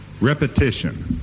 Repetition